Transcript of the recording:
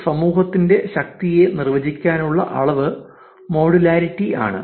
ഒരു സമൂഹത്തിന്റെ ശക്തിയെ നിർവചിക്കാനുള്ള അളവ് മോഡുലാരിറ്റി യാണ്